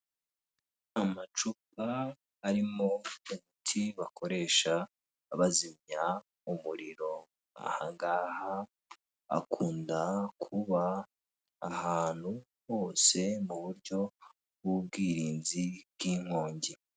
Amacupa arimo umuti bakoresha bazimya umuriro. Aha ngaha akunda kuba ahantu hose, mu buryo bw'ubwirinzi bw'inkongi.